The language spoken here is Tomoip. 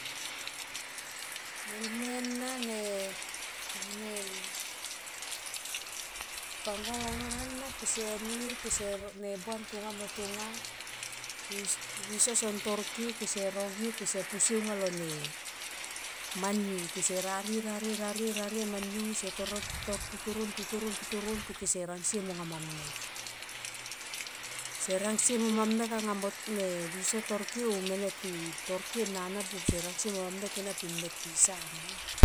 Nelme na ne mene ni pangal anon ana ke se nir kese nebuan tonga viso son tor ke ke se novie kese posie aunga lo ne ma niu. Ke se rarie rarie rarie rarie ma niu kese totoron, totoron totoron pe kese rang sie manga ma mek. Se rang sie monga ma mek anga viso tor ke oh mene ti tor ke anana buop se rang sie mova mek ena pe mek pisa nama